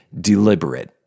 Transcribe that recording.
deliberate